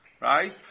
right